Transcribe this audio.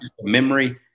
memory